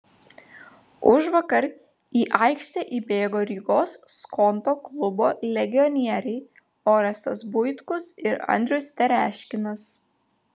užvakar į aikštę įbėgo rygos skonto klubo legionieriai orestas buitkus ir andrius tereškinas